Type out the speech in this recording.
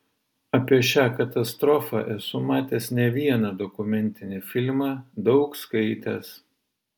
apie šią katastrofą esu matęs ne vieną dokumentinį filmą daug skaitęs